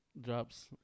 drops